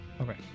Okay